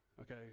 okay